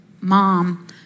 mom